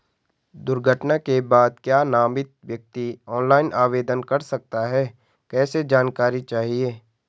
दुर्घटना के बाद क्या नामित व्यक्ति ऑनलाइन आवेदन कर सकता है कैसे जानकारी चाहिए?